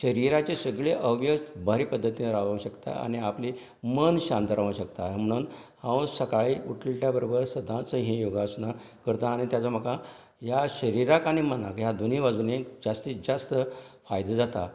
शरिराचे सगळें अवयव बरें पद्दतीन रावूंक शकतात आनी आपले मन शांत रावंक शकता म्हणून हांव सकाळीं उठल्या त्या बरोबर सदांच ही योगासनां करता आनी ताचो म्हाका ह्या शरिराक आनी मनांक ह्या दोनी बाजूनीं जास्तीत जास्त फायदो जाता